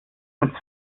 mit